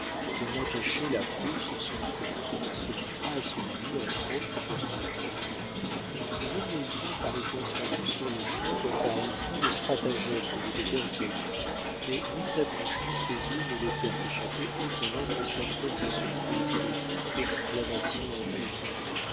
qui en attachaient la peau sur son corps et se montra à son ami en propre personne le jeune mohican parut comprendre sur-le-champ comme par instinct le stratagème qui avait été employé mais ni sa bouche ni ses yeux ne laissèrent échapper aucun autre symptôme de surprise que l'exclamation hugh